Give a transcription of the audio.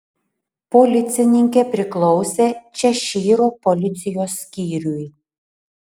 policininkė priklausė češyro policijos skyriui